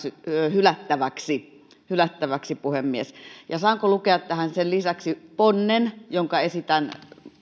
hylättäväksi hylättäväksi puhemies saanko lukea tähän sen lisäksi ponnen jonka esitän